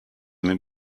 mir